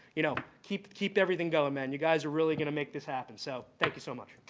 you know, keep keep everything going, man. you guys are really going to make this happen. so thank you so much.